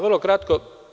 Vrlo kratko.